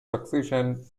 succession